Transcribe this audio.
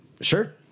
Sure